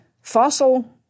fossil